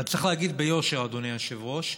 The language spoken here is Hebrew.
צריך להגיד ביושר, אדוני היושב-ראש: